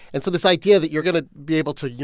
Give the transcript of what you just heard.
and so this idea that you're going to be able to, you